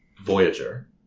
Voyager